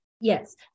yes